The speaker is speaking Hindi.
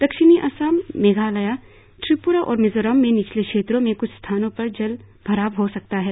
दक्षिणी असम मेघालय त्रिप्रा और मिजोरम में निचले क्षेत्रों में क्छ स्थानों पर जल भराव हो सकता है